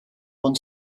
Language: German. von